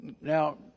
now